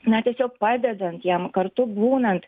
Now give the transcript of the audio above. na tiesiog padedant jam kartu būnant